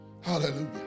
Hallelujah